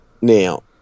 Now